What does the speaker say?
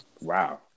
Wow